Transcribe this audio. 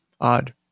odd